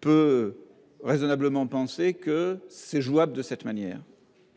Peut raisonnablement penser que c'est jouable de cette manière.